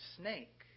snake